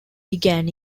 began